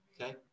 okay